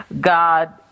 God